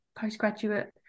postgraduate